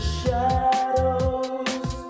shadows